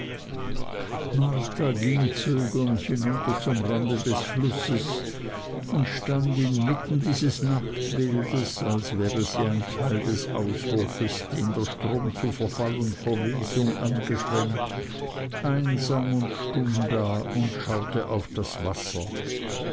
marta ging zögernd hinunter zum rande des flusses und stand inmitten dieses nachtbildes als wäre sie ein teil des auswurfes den der strom zu verfall und verwesung ans ufer geschwemmt einsam und stumm da und schaute auf das wasser